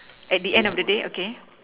at the end of the day okay